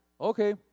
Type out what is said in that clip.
Okay